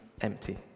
empty